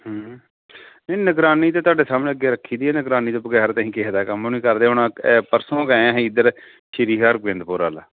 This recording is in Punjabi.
ਨਹੀਂ ਨਿਗਰਾਨੀ ਤਾਂ ਤੁਹਾਡੇ ਸਾਹਮਣੇ ਅੱਗੇ ਰੱਖੀ ਦੀ ਆ ਨਿਗਰਾਨੀ ਤੋਂ ਵਗੈਰ ਤਾਂ ਅਸੀਂ ਕਿਸੇ ਦਾ ਕੰਮ ਨਹੀਂ ਕਰਦੇ ਹੁਣ ਆਹ ਇਹ ਪਰਸੋਂ ਗਏ ਆ ਇੱਧਰ ਸ਼੍ਰੀ ਹਰਗੋਬਿੰਦਪੁਰ ਵੱਲ